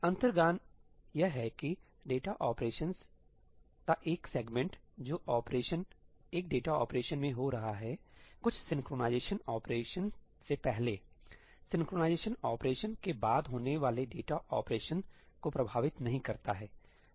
अंतर्ज्ञान यह है कि डेटा ऑपरेशन का एक सेगमेंट जो ऑपरेशन एक डेटा ऑपरेशन में हो रहा है कुछ सिंक्रोनाइज़ेशन ऑपरेशनसे पहले सिंक्रनाइज़ेशन ऑपरेशन के बाद होने वाले डेटा ऑपरेशन को प्रभावित नहीं करता है